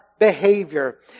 behavior